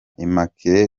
immaculee